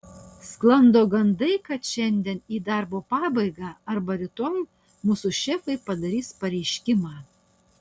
sklando gandai kad šiandien į darbo pabaigą arba rytoj mūsų šefai padarys pareiškimą